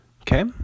okay